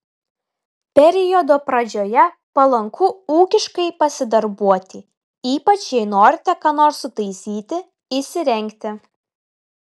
periodo pradžioje palanku ūkiškai pasidarbuoti ypač jei norite ką nors sutaisyti įsirengti